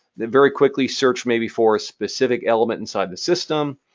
then very quickly, search maybe for a specific element inside the system,